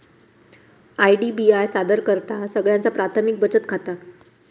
IDBI सादर करतहा सगळ्यांचा प्राथमिक बचत खाता